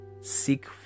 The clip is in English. Seek